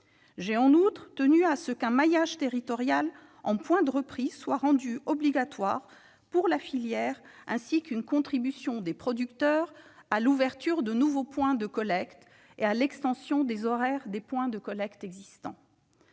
l'établissement d'un maillage territorial de points de reprise soit rendu obligatoire pour la filière, ainsi qu'une contribution des producteurs à l'ouverture de nouveaux points de collecte et à l'extension des horaires des points de collecte existants.